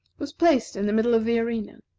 was placed in the middle of the arena,